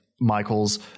Michael's